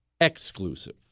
exclusive